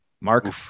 Mark